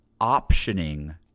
optioning